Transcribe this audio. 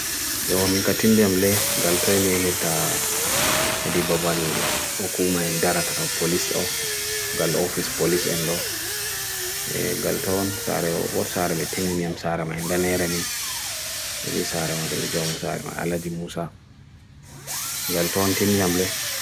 Yaw m'ika tindi nmle, gal'to m'yahir ta hedi babal oku m'a ndara tata polis o, gal'o ofis polis ndo, gal'to on sarre, o'r sarre me tindi nmle sarre m'a ndanerani, ebi sarre m'a hijaw m'a alaj m'ousa, gal'to on tindi nmle.